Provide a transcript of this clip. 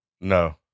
No